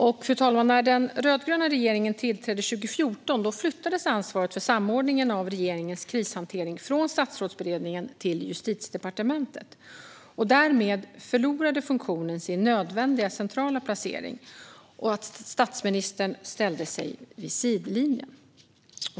Fru talman! När den rödgröna regeringen tillträdde 2014 flyttades ansvaret för samordningen av regeringens krishantering från Statsrådsberedningen till Justitiedepartementet. Därmed förlorade funktionen sin nödvändiga centrala placering, och statsministern ställde sig vid sidlinjen.